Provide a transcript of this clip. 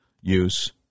use